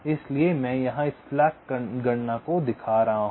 इसलिए मैं यहां इस स्लैक गणना को दिखा रहा हूं